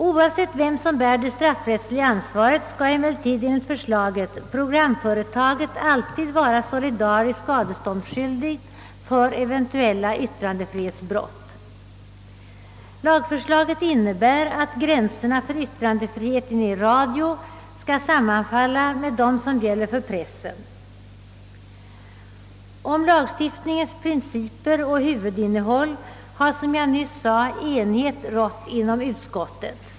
Oavsett vem som bär det straffrättsliga ansvaret skall emellertid enligt förslaget programföretaget alltid vara solidariskt skadeståndsskyldigt för eventuella yttrandefrihetsbrott. Lagförslaget innebär att gränserna för yttrandefriheten i radio skall sammanfalla med dem som gäller för pressen. Om lagstiftningens principer och huvudinnehåll har, såsom jag nyss nämnde, enighet rått inom utskottet.